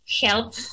help